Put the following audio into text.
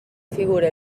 figure